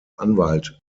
anwalt